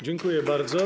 Dziękuję bardzo.